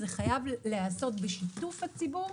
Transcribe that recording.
זה חייב להיעשות בשיתוף הציבור.